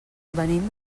venim